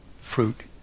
fruit